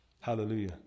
Hallelujah